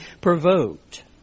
provoked